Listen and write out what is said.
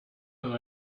that